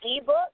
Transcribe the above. ebook